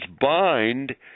bind